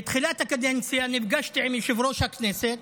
בתחילת הקדנציה נפגשתי עם יושב-ראש הכנסת,